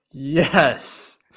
yes